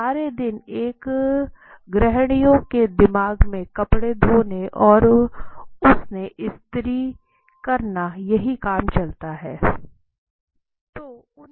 सरे दिन एक गृहिणी के दिमाग में कपड़े धोना और उसे स्त्री करना यही काम चलता है